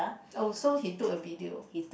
oh so he took a video